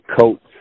coats